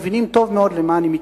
מבינים טוב מאוד למה אני מתכוון,